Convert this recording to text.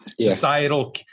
societal